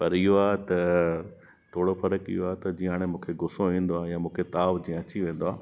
पर इहो आहे त थोरो फ़रक़ु इहो आहे त हाणे मूंखे जीअं गुसो ईंदो आहे या मूंखे ताव जीअं अची वेंदो आहे